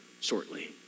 shortly